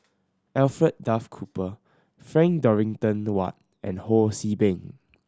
Alfred Duff Cooper Frank Dorrington Ward and Ho See Beng